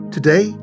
Today